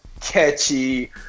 catchy